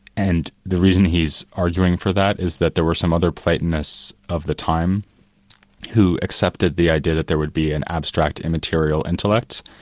and the reason he's arguing for that is that there were some other platonists of the time who accepted the idea that there would be an abstract immaterial intellect,